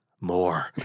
More